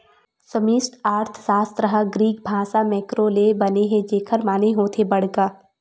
समस्टि अर्थसास्त्र ह ग्रीक भासा मेंक्रो ले बने हे जेखर माने होथे बड़का